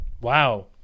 Wow